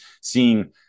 seeing